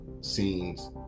scenes